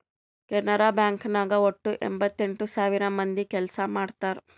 Canara bank ನಾಗ್ ವಟ್ಟ ಎಂಭತ್ತೆಂಟ್ ಸಾವಿರ ಮಂದಿ ಕೆಲ್ಸಾ ಮಾಡ್ತಾರ್